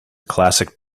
classic